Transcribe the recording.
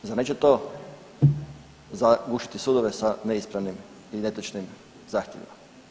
Zar neće to zagušiti sudove sa neispravnim i netočnim zahtjevima?